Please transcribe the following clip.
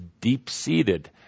deep-seated